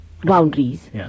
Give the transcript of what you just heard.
boundaries